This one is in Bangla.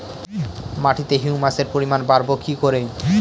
মাটিতে হিউমাসের পরিমাণ বারবো কি করে?